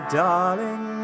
darling